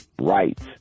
rights